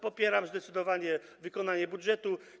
Popieram zdecydowanie wykonanie budżetu.